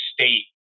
state